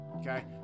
Okay